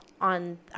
on